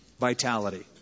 Vitality